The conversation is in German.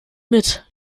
mit